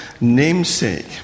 namesake